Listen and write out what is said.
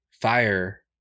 fire